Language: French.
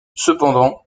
cependant